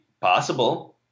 possible